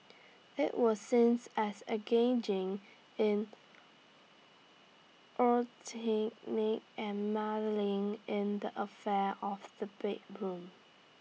IT was since as engaging in eugenic and meddling in the affair of the bedroom